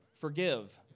forgive